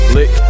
Lick